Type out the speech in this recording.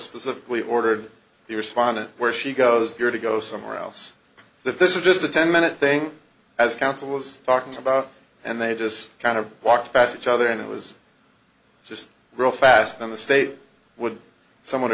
specifically ordered the respondent where she goes you're to go somewhere else if this is just a ten minute thing as counsel was talking about and they just kind of walked past each other and it was just real fast then the state would some